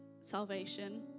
salvation